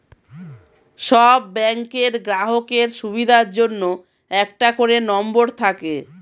সব ব্যাংকের গ্রাহকের সুবিধার জন্য একটা করে নম্বর থাকে